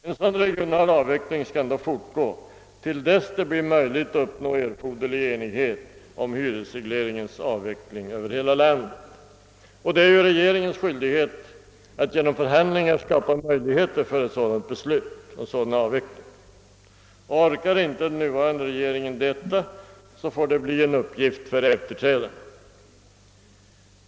En sådan regional avveckling skall då fortgå till dess det blir möjligt att nå enighet om hyresregleringens avveckling över hela landet. Det är regeringens skyldighet att genom förhandlingar skapa möjligheter för ett beslut om en sådan avveckling. Orkar inte den nuvarande regeringen det, får det bli en uppgift för den efterträdande regeringen.